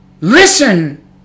listen